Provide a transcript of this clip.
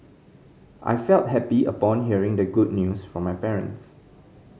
I felt happy upon hearing the good news from my parents